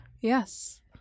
yes